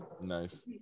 Nice